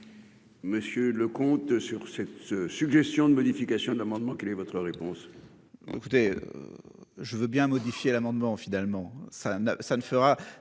Monsieur le comte sur cette suggestion de modification d'amendements. Quelle est votre réponse. Écoutez. Je veux bien modifier l'amendement finalement